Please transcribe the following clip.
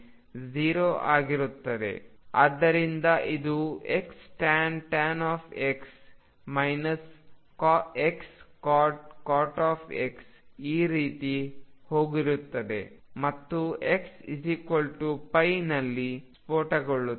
ಆದ್ದರಿಂದ ಇದು Xtan X Xcot X ಈ ರೀತಿ ಹೋಗುತ್ತದೆ ಮತ್ತು Xπ ನಲ್ಲಿ ಸ್ಫೋಟಗೊಳ್ಳುತ್ತದೆ